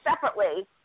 separately